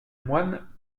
moine